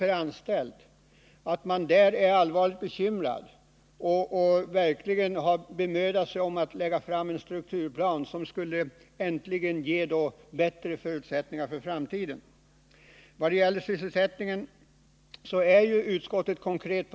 per anställd och år, är allvarligt bekymrad och verkligen har bemödat sig om att lägga fram en strukturplan som äntligen skulle ge bättre förutsättningar för framtiden. Vad gäller sysselsättningen, så uttrycker sig ju utskottet konkret.